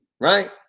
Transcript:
right